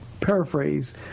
paraphrase